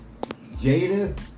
Jada